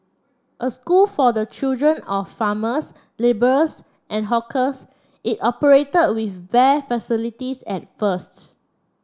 a school for the children of farmers labourers and hawkers it operated with bare facilities at first